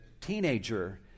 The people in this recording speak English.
teenager